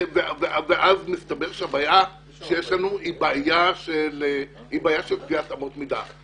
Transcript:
ואז מסתבר שהבעיה שיש לנו היא בעיה של קביעת אמות מידה.